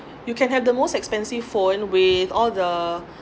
you can have the most expensive phone with all the